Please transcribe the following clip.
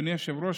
אדוני היושב-ראש,